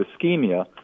ischemia